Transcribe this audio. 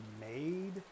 made